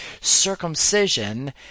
circumcision